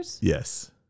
Yes